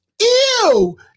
Ew